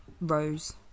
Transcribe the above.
Rose